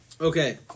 Okay